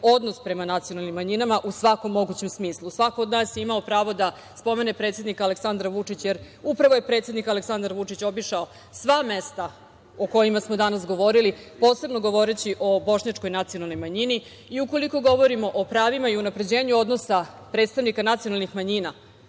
odnos prema nacionalnim manjinama u svakom mogućem smislu. Svako od nas je imao pravo da spomene predsednika Aleksandra Vučića, jer upravo je predsednik Aleksandar Vučić obišao sva mesta o kojima smo danas govorili, posebno govoreći o bošnjačkoj nacionalnoj manjini. Ukoliko govorimo o pravima i unapređenju odnosa predstavnika nacionalnih manjina